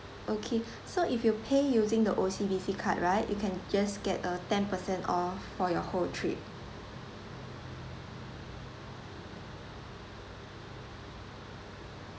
okay so if you pay using the O_C_B_C card right you can just get a ten per cent of for your whole trip